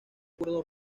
acuerdo